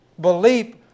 belief